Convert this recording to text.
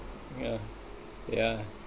yeah yeah